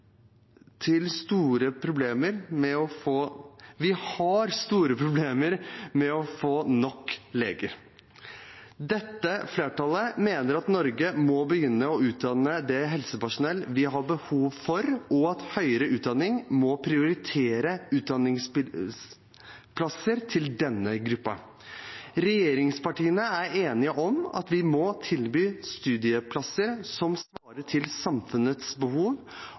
har store problemer med å få nok leger. Dette flertallet mener at Norge må begynne å utdanne det helsepersonellet vi har behov for, og at høyere utdanning må prioritere utdanningsplasser til denne gruppen. Regjeringspartiene er enige om at vi må tilby studieplasser som svarer til samfunnets behov,